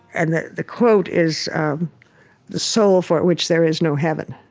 and the the quote is the soul for which there is no heaven.